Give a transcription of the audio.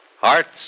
Hearts